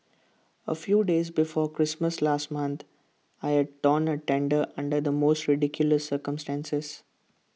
A few days before Christmas last month I had torn A tendon under the most ridiculous circumstances